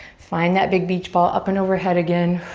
find that big beach ball up and overhead again.